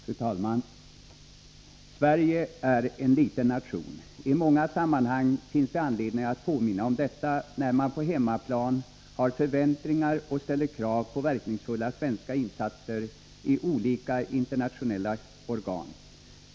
Fru talman! Sverige är en liten nation. I många sammanhang finns det , anledning att påminna om detta, när man på hemmaplan har förväntningar och ställer krav på verkningsfulla svenska insatser i olika internationella organ.